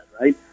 right